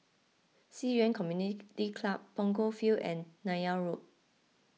Ci Yuan Community Club Punggol Field and Neythal Road